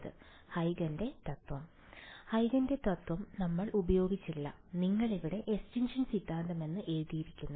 വിദ്യാർത്ഥി ഹ്യൂഗന്റെ Huygen's തത്വം ഹ്യൂഗന്റെ തത്വം നമ്മൾ ഉപയോഗിച്ചില്ല നമ്മളിവിടെ എസ്റ്റിൻഷൻ സിദ്ധാന്തമാണ് എഴുതിയിരിക്കുന്നത്